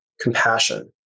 Compassion